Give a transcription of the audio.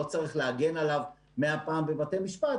לא צריך להגן עליו 100 פעם בבתי משפט,